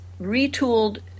retooled